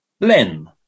Len